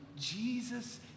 Jesus